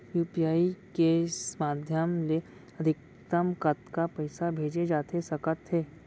UPI के माधयम ले अधिकतम कतका पइसा भेजे जाथे सकत हे?